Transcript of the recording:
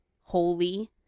holy